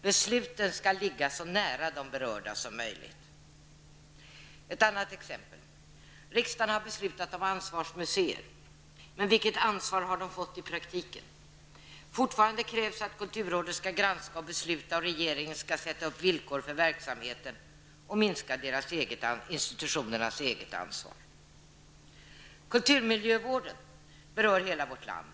Besluten skall ligga så nära de berörda som möjligt. Låt mig ge ett annat exempel. Riksdagen har beslutat om ansvarsmuseer, men vilket ansvar har de fått i praktiken? Fortfarande krävs att kulturrådet skall granska och besluta samt regeringen sätta upp villkor för verksamheten och därmed minska institutionernas eget ansvar. Kulturmiljövården berör hela vårt land.